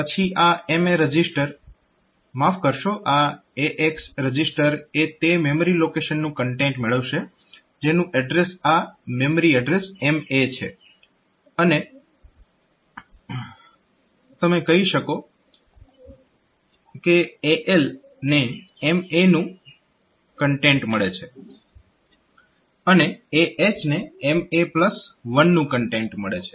પછી આ MA register માફ કરશો આ AX રજીસ્ટર એ તે મેમરી લોકેશનનું કન્ટેન્ટ મેળવશે જેનું એડ્રેસ આ મેમરી એડ્રેસ MA છે અને તમે કહી શકો કે AL ને MA નું કન્ટેન્ટ મળે છે અને AH ને MA1 નું કન્ટેન્ટ મળે છે